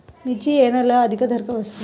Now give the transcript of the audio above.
మిర్చి ఏ నెలలో అధిక ధర వస్తుంది?